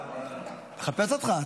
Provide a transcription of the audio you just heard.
אני מחפש אותך,